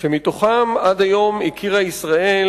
שמתוכם עד היום הכירה ישראל,